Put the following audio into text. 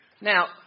Now